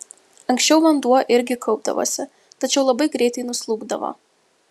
anksčiau vanduo irgi kaupdavosi tačiau labai greitai nuslūgdavo